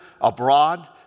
abroad